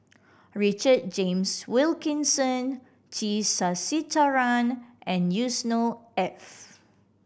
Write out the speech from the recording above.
Richard James Wilkinson T Sasitharan and Yusnor Ef